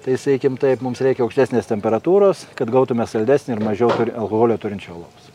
tai sakykim taip mums reikia aukštesnės temperatūros kad gautumėme saldesnį ir mažiau alkoholio turinčio alaus